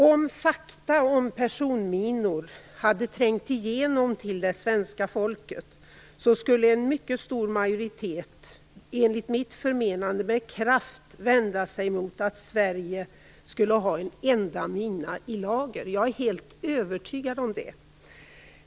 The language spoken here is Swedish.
Om fakta om personminor hade trängt igenom till det svenska folket, skulle en mycket stor majoritet enligt mitt förmenande med kraft vända sig mot att Sverige har en enda mina i lager. Jag är helt övertygad om det.